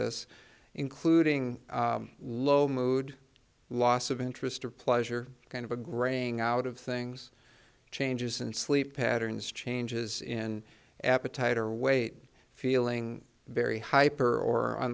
this including low mood loss of interest or pleasure kind of a raying out of things changes in sleep patterns changes in appetite or weight feeling very hyper or on